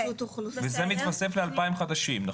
זה מתווסף ל-2,000 חדשים?